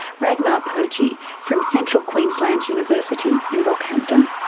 ragnar purje yeah from central queensland university in rockhampton.